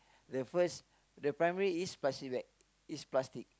the first the primary is plastic bag is plastic